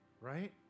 right